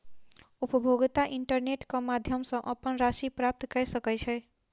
उपभोगता इंटरनेट क माध्यम सॅ अपन राशि प्राप्त कय सकै छै